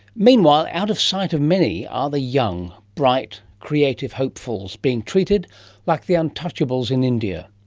meanwhile, out of sight of many, are the young, bright, creative hopefuls being treated like the untouchables in india.